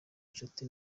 inshuti